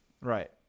Right